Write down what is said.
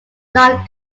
not